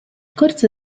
corso